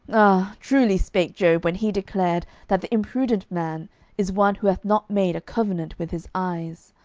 ah, truly spake job when he declared that the imprudent man is one who hath not made a covenant with his eyes!